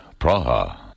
Praha